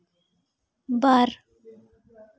ᱵᱟᱨ